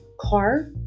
car